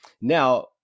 Now